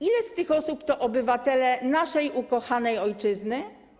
Ile z tych osób to obywatele naszej ukochanej ojczyzny?